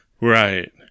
Right